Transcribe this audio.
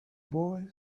boy